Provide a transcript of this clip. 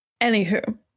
Anywho